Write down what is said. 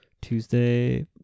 Tuesday